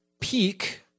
Peak